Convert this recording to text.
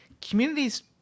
communities